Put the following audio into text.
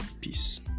peace